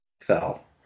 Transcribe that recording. fell